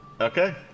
Okay